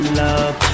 love